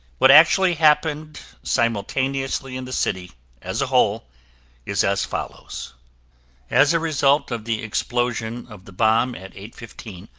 what actually happened simultaneously in the city as a whole is as follows as a result of the explosion of the bomb at eight fifteen,